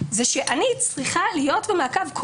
זה שאני צריכה להיות במעקב,